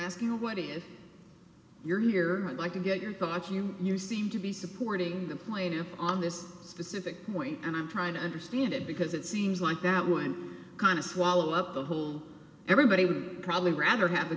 asking you what is your here like to get your thoughts here you seem to be supporting the plaintiff on this specific point and i'm trying to understand it because it seems like that one kind of swallow up the whole everybody would probably rather have